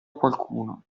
qualcuno